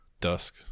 Dusk